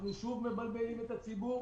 אנחנו שוב מבלבלים את הציבור